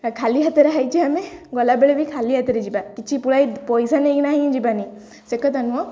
ଖାଲି ହାତରେ ଆସିଛେ ଆମେ ଗଲାବେଳେ ବି ଖାଲି ହାତରେ ଯିବା କିଛି ପୁଳାଏ ପଇସା ନେଇକିନା ହିଁ ଯିବାନି ସେ କଥା ନୁହେଁ